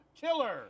killer